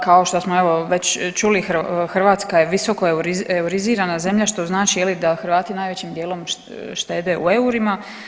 Kao što smo evo već čuli Hrvatska je visoko eurizirana zemlja što znači je li da Hrvati najvećim dijelom štete u eurima.